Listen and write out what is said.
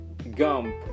Gump